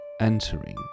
entering